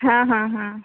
হ্যাঁ হ্যাঁ হ্যাঁ